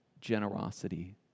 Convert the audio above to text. generosity